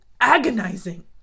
agonizing